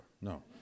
no